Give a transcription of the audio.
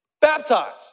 baptized